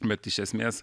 bet iš esmės